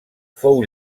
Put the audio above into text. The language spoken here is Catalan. fou